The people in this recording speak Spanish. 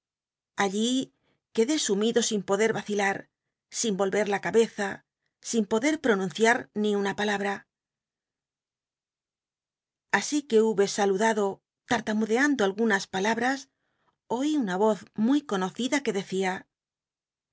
allí quedé sumido in podea raciohea la cabeza in poder pronuncia ni lar sin y una palabra así que hube saludaclo laatamulcando algunas pnlabaas oí una voz muy conocida que decía